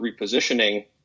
repositioning